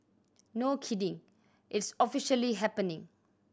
no kidding it's officially happening